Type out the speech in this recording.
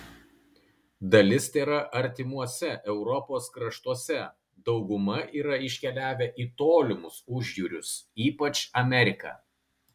dalis tėra artimuose europos kraštuose dauguma yra iškeliavę į tolimus užjūrius ypač į ameriką